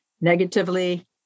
negatively